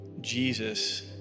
Jesus